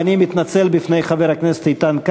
אני מתנצל בפני חבר הכנסת איתן כבל.